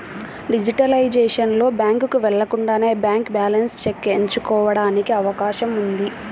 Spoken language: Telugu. డిజిటలైజేషన్ లో, బ్యాంకుకు వెళ్లకుండానే బ్యాంక్ బ్యాలెన్స్ చెక్ ఎంచుకోవడానికి అవకాశం ఉంది